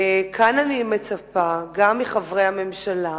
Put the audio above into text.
כאן אני מצפה, גם מחברי הממשלה,